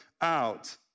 out